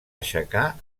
aixecar